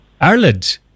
Ireland